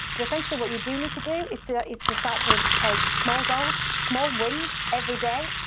but essentially what you do need to do is to is to start to take small goals, small wins, every day,